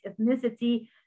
ethnicity